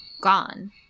gone